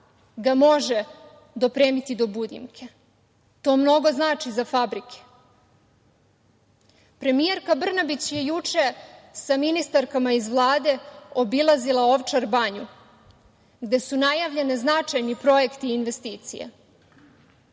ga može dopremiti do „Budimke“. To mnogo znači za fabrike. Premijerka Brnabić je juče sa ministarkama iz Vlade obilazila Ovčar banju, gde su najavljeni značajni projekti i investicije.